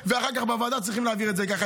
ואחר כך בוועדה צריכים להעביר את זה ככה.